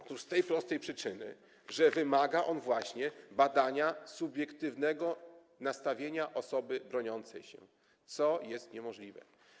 Otóż z tej prostej przyczyny, że wymaga on badania subiektywnego nastawienia osoby broniącej się, co jest niemożliwe.